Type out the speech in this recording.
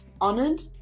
honored